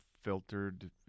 filtered